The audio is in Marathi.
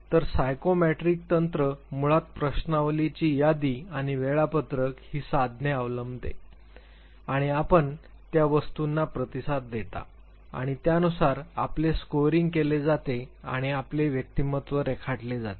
तर सायकोमेट्रिक तंत्र मुळात प्रश्नावलीची यादी आणि वेळापत्रक ही साधने अवलंब करते आणि आपण त्या वस्तूंना प्रतिसाद देता आणि त्यानुसार आपले स्कोअरिंग केले जाते आणि आपले व्यक्तिमत्व रेखाटले जाते